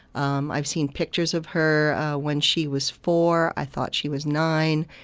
um i've seen pictures of her when she was four i thought she was nine.